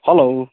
hello